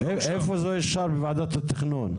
איך זה אושר בוועדת התכנון?